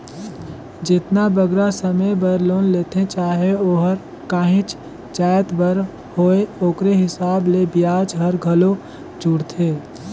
जेतना बगरा समे बर लोन लेथें चाहे ओहर काहींच जाएत बर होए ओकरे हिसाब ले बियाज हर घलो जुड़थे